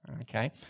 okay